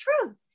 truth